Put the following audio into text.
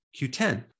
Q10